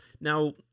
Now